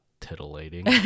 titillating